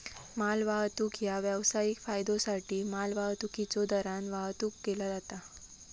मालवाहतूक ह्या व्यावसायिक फायद्योसाठी मालवाहतुकीच्यो दरान वाहतुक केला जाता